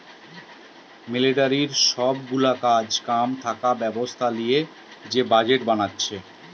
মিলিটারির সব গুলা কাজ কাম থাকা ব্যবস্থা লিয়ে যে বাজেট বানাচ্ছে